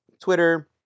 Twitter